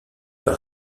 par